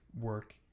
work